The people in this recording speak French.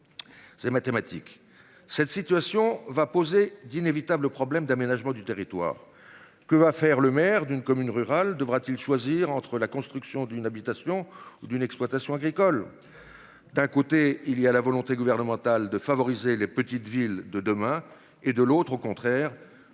C'est mathématique. Cette situation va poser d'inévitables problèmes d'aménagement du territoire. Que va faire le maire d'une commune rurale devra-t-il choisir entre la construction d'une habitation ou d'une exploitation agricole. D'un côté il y a la volonté gouvernementale de favoriser les petites villes de demain et de l'autre au contraire